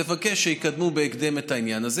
ותבקש שיקדמו בהקדם את העניין הזה.